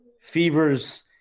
fevers